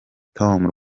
tom